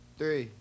three